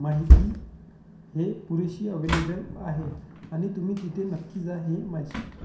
माहिती हे पुरेशी अवेलेबल आहे आणि तुम्ही तिथे नक्की जा हे माझी